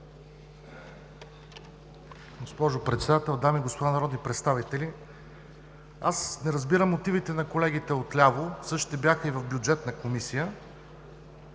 Госпожо Председател, дами и господа народни представители! Аз не разбирам мотивите на колегите от ляво. Същите бяха и в Бюджетна комисия